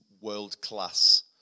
world-class